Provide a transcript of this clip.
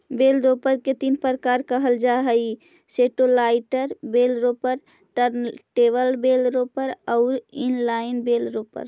बेल wrapper के तीन प्रकार कहल जा हई satellite bale wrapper, turntable bale wrapper आउ इन लाइन बेल रैपर